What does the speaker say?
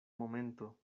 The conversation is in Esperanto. momento